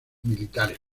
militares